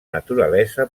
naturalesa